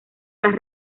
las